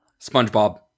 SpongeBob